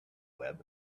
web